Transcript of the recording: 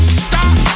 stop